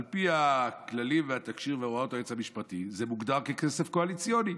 על פי הכללים והתקשי"ר והוראות היועץ המשפטי זה מוגדר ככסף קואליציוני,